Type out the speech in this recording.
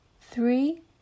three